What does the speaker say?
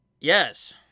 Yes